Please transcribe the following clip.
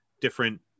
different